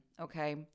okay